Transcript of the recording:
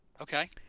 Okay